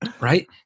Right